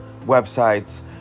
websites